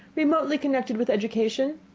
remotely connected with education?